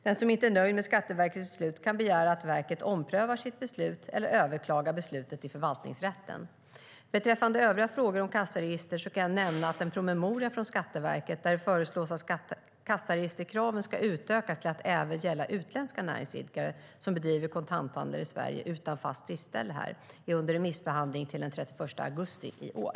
Den som inte är nöjd med Skatteverkets beslut kan begära att verket omprövar sitt beslut eller överklaga beslutet till förvaltningsrätten. Beträffande övriga frågor om kassaregister kan jag nämna att en promemoria från Skatteverket - där det föreslås att kassaregisterkraven ska utökas till att gälla även utländska näringsidkare som bedriver kontanthandel i Sverige utan fast driftsställe här - är under remissbehandling till den 31 augusti i år.